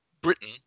Britain